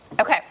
Okay